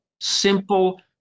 simple